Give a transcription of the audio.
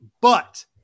but-